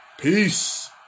peace